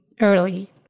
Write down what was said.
early